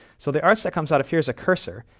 so the arts that comes out of here is a curser,